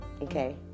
okay